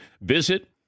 Visit